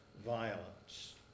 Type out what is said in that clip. violence